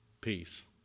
Peace